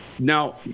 Now